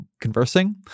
conversing